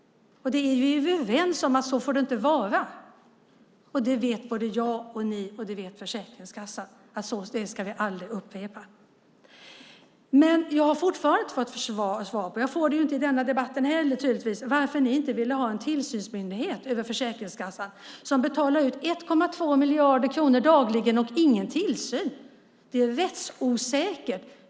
Vi är ju överens om att det inte får vara så. Det vet både jag och ni, och det vet Försäkringskassan. Det ska aldrig upprepas. Jag har fortfarande inte fått något svar, och får det tydligen inte heller i den här debatten, varför ni inte ville ha en tillsynsmyndighet över Försäkringskassan. De betalar ut 1,2 miljarder kronor dagligen, och det finns ingen tillsyn. Det är rättsosäkert.